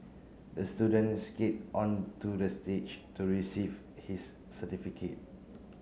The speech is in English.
the student skate onto the stage to receive his certificate